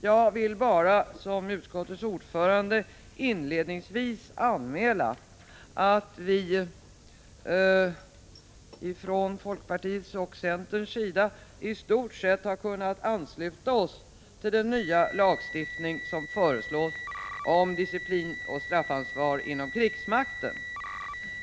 Jag vill bara som utskottets ordförande inledningsvis anmäla att vi från folkpartiets och centerns sida i stort sett har kunnat ansluta oss till förslaget om den nya lagstiftningen om disciplinoch straffansvar inom krigsmakten.